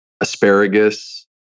asparagus